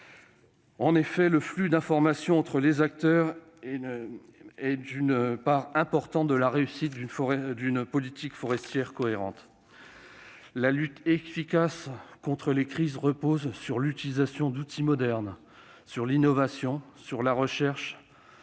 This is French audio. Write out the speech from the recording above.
En effet, le flux d'informations entre les acteurs est une part importante de la réussite d'une politique forestière cohérente. La lutte efficace contre les crises repose sur l'utilisation d'outils modernes, sur l'innovation, sur la recherche,